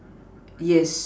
yes